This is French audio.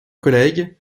collègues